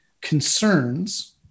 concerns